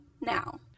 now